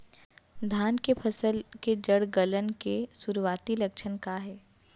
धान के फसल के जड़ गलन के शुरुआती लक्षण का हे?